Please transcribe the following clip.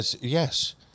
Yes